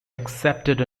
accepted